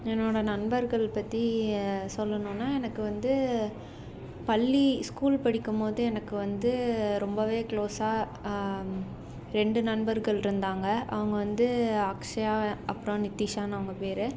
என்னோட நண்பர்கள் பற்றி சொல்லணும்னா எனக்கு வந்து பள்ளி ஸ்கூல் படிக்கும் போது எனக்கு வந்து ரொம்பவே க்ளோஸா ரெண்டு நண்பர்கள் இருந்தாங்க அவங்க வந்து அக்ஷயா அப்புறம் நித்திஷான்னு அவங்க பேர்